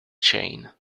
chain